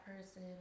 person